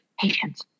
patience